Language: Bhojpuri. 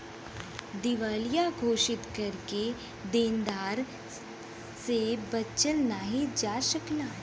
दिवालिया घोषित करके देनदार से बचल नाहीं जा सकला